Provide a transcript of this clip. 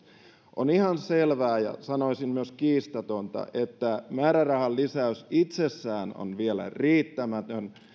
on ihan selvää ja sanoisin myös kiistatonta että määrärahan lisäys itsessään on vielä riittämätön ja